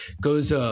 goes